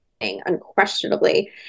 unquestionably